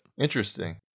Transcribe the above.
Interesting